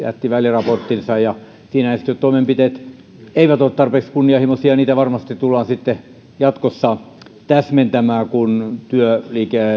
väliraporttinsa ja siinä esitetyt toimenpiteet eivät ole tarpeeksi kunnianhimoisia ja niitä varmasti tullaan sitten jatkossa täsmentämään kun työ